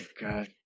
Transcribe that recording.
God